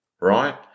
right